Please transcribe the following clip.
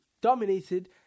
dominated